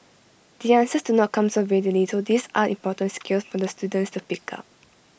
the answers do not come so readily so these are important skills for the students to pick up